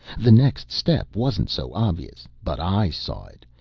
the next step wasn't so obvious, but i saw it.